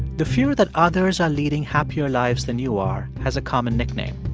the fear that others are leading happier lives than you are has a common nickname,